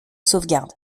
sauvegarde